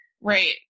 Right